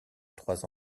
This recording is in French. trois